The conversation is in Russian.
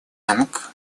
банк